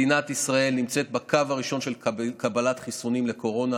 מדינת ישראל נמצאת בקו הראשון של קבלת חיסונים לקורונה,